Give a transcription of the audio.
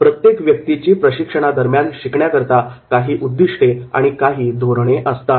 प्रत्येक व्यक्तीची प्रशिक्षणादरम्यान शिकण्याकरता काही उद्दिष्टे व धोरणे असतात